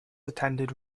attended